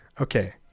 Okay